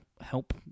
help